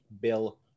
Bill